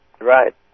Right